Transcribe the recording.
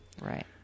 Right